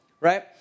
right